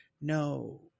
No